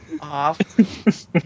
off